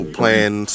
playing